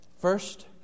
First